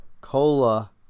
cola